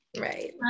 right